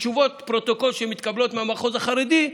שתשובות פרוטוקול שמתקבלות מהמחוז החרדי,